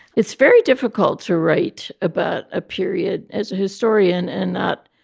it's very difficult to write about a period as a historian and not,